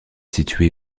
situé